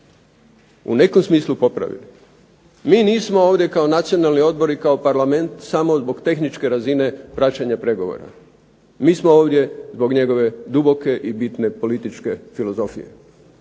u nekom smislu popravili. Mi nismo ovdje kao Nacionalni odbor i kao Parlament samo zbog tehničke razine praćenja pregovora. Mi smo ovdje zbog njegove duboke i bitne političke filozofije.